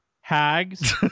Hags